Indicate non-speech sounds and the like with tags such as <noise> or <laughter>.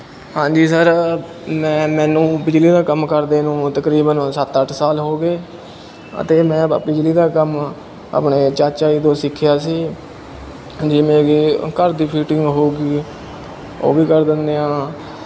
ਹਾਂਜੀ ਸਰ ਮੈਂ ਮੈਨੂੰ ਬਿਜਲੀ ਦਾ ਕੰਮ ਕਰਦੇ ਨੂੰ ਤਕਰੀਬਨ ਸੱਤ ਅੱਠ ਸਾਲ ਹੋ ਗਏ ਅਤੇ ਮੈਂ <unintelligible> ਬਿਜਲੀ ਦਾ ਕੰਮ ਆਪਣੇ ਚਾਚਾ ਜੀ ਤੋਂ ਸਿੱਖਿਆ ਸੀ ਜਿਵੇਂ ਕਿ ਘਰ ਦੀ ਫਿਟਿੰਗ ਹੋ ਗਈ ਉਹ ਵੀ ਕਰ ਦਿੰਦੇ ਹਾਂ